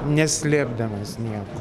neslėpdamas nieko